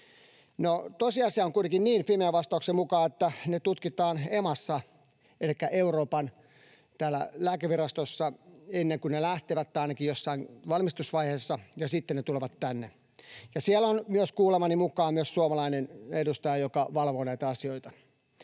tosiasia on kuitenkin Fimean vastauksen mukaan, että ne tutkitaan EMAssa elikkä Euroopan lääkevirastossa, ennen kuin ne lähtevät — tai ainakin jossain valmistusvaiheessa — ja ne tulevat sitten tänne. Siellä on kuulemani mukaan myös suomalainen edustaja, joka valvoo näitä asioita.